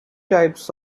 types